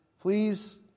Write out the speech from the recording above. Please